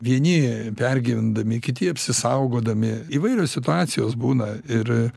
vieni pergyvendami kiti apsisaugodami įvairios situacijos būna ir